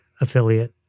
affiliate